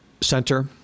center